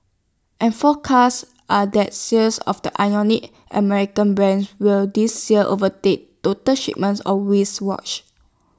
and forecasts are that sales of the ironic American brand will this year overtake total shipments of Swiss watches